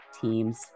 teams